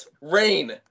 Rain